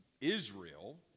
Israel